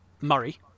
Murray